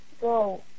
go